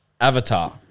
Avatar